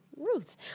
Ruth